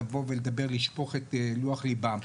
לשפוך את לוח ליבם.